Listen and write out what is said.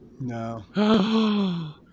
No